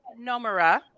Nomura